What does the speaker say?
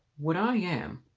what i am